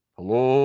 Hello